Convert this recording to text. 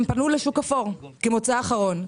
הם פנו לשוק האפור כמוצא אחרון,